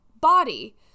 body